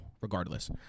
regardless